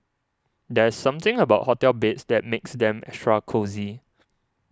there's something about hotel beds that makes them extra cosy